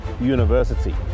university